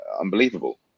unbelievable